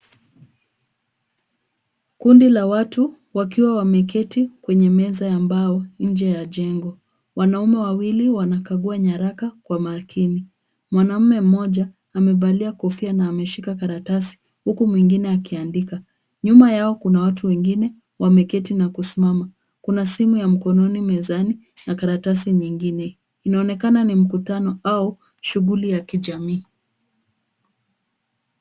Kundi la watu wakiwa wameketi kwenye meza ya mbao nje ya jengo. Wanaume wawili wanakagua nyaraka kwa makini. Mwanamume mmoja amevalia kofia na ameshika karatasi huku mwingine akiandika. Nyuma yao kuna watu wengine wameketi na kusimama. Kuna simu ya mkononi mezani na karatasi nyingine. Inaonekana ni mkutano au shughuli ya kijamii.